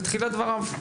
בתחילת דבריו,